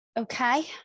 Okay